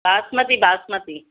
basmati basmati